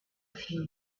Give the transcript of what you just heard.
few